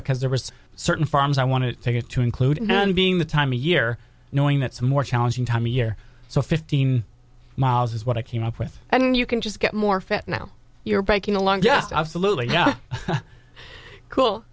because there was a certain farms i want to get to include being the time of year knowing that some more challenging time a year so fifteen miles is what i came up with and you can just get more fit now you're breaking along just absolutely yeah cool